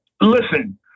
listen